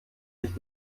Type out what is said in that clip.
sich